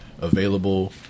Available